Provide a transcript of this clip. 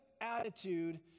attitude